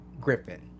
Griffin